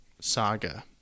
saga